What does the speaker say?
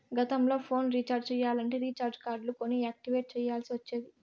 గతంల phone recharge చెయ్యాలంటే recharge కార్డులు కొని యాక్టివేట్ చెయ్యాల్ల్సి ఒచ్చేది